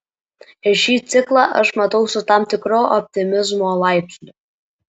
ir šį ciklą aš matau su tam tikru optimizmo laipsniu